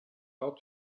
ought